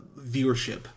viewership